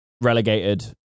relegated